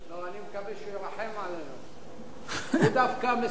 הוא דווקא מסוגל בשלוש דקות להסביר יופי מה שהוא יודע.